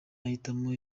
ahitamo